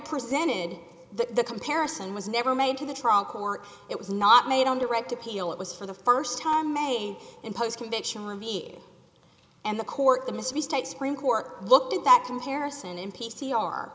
presented the comparison was never made to the trial court it was not made on direct appeal it was for the first time may impose conviction on me and the court the missouri state supreme court looked at that comparison in p c r